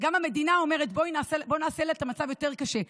המדינה אומרת: בוא נעשה להם את המצב יותר קשה.